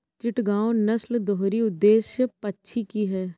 चिटगांव नस्ल दोहरी उद्देश्य पक्षी की है